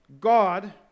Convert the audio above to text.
God